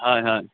হয় হয়